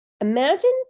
Imagine